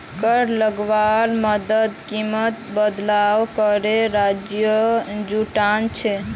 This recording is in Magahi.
कर लगवार मकसद कीमतोत बदलाव करे राजस्व जुटाना छे